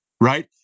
Right